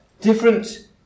different